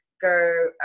go